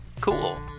Cool